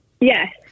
Yes